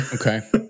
okay